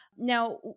Now